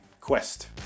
quest